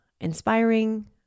inspiring